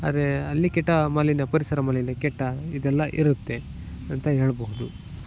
ಆದ್ರೆ ಅಲ್ಲಿ ಕೆಟ್ಟ ಮಾಲಿನ್ಯ ಪರಿಸರ ಮಾಲಿನ್ಯ ಕೆಟ್ಟ ಇದೆಲ್ಲ ಇರುತ್ತೆ ಅಂತ ಹೇಳಬಹುದು